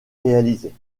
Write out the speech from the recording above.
réalisée